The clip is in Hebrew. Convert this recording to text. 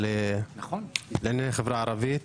הוועדה לענייני החברה הערבית,